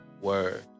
Word